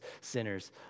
sinners